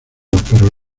pero